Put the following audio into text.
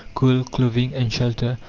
coal, clothing, and shelter,